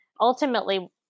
ultimately